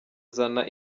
zana